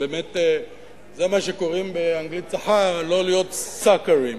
זה מה שקוראים באנגלית צחה, לא להיות "סאקרים".